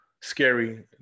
scary